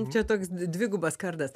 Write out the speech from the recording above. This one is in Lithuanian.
čia toks dvigubas kardas